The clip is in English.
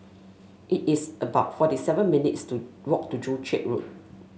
it is about forty seven minutes' to walk to Joo Chiat Road